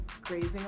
grazing